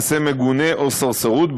מעשה מגונה או סרסרות,